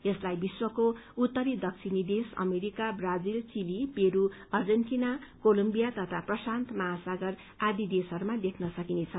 यसलाई विश्वको उत्तरी दक्षिण देश अमेरिका ब्राजील चिली पेस्र अर्जेन्टिना कोलभ्विया तथा प्रशान्त महासागर आदि देशहरूमा देख्न सकिनेछ